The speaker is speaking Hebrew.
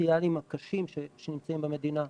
הסוציאליים הקשים שנמצאים במדינה,